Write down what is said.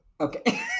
Okay